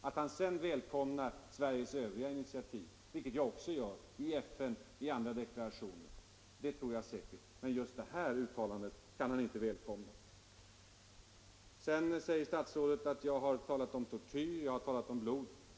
Att han sedan välkomnar Sveriges övriga initiativ i FN, vilket jag också gör, och andra deklarationer tror jag säkert, men just det här uttalandet kan han inte välkomna. Sedan säger statsrådet att jag har talat om tortyr, att jag har talat om blod.